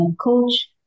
coach